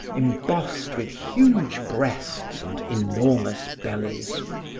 embossed with huge breasts and enormous bellies.